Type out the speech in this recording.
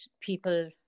people